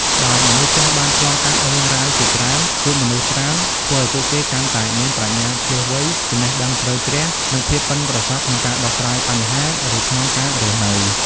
ដោយមនុស្សចាស់បានឆ្លងកាត់រឿងរ៉ាវជាច្រើន ជួបមនុស្សច្រើន ធ្វើឱ្យពួកគេកាន់តែមានប្រាជ្ញាឈ្លាសវៃ ចំណេះដឹងជ្រៅជ្រះ និងភាពប៉ិនប្រសប់ ក្នុងការដោះស្រាយបញ្ហា ឬក្នុងការរស់នៅ។